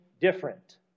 different